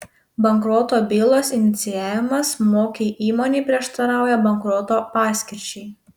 bankroto bylos inicijavimas mokiai įmonei prieštarauja bankroto paskirčiai